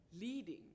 leading